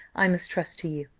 i must trust to you.